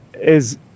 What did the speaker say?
is-